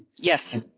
Yes